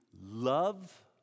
love